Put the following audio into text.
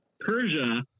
Persia